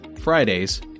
Fridays